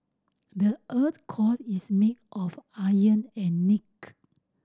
the earth core is made of iron and nickel